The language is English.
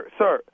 sir